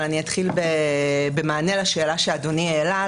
אבל אני אתחיל במענה לשאלה שאדוני העלה,